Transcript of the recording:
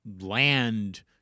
land